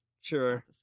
Sure